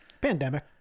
Pandemic